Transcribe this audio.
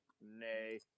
Nay